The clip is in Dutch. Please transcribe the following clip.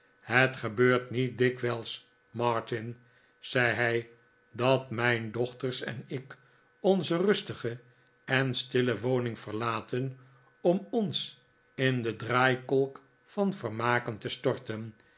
het gebeurt niet dikwijls martin zei hij dat mijn dochters en ik onze rustige en stille woning verlaten om ons in den draaikolk van vermaken te storten